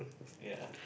yea